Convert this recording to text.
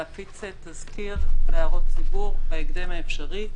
להפיץ תזכיר להערות ציבור בהקדם האפשרי.